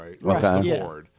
right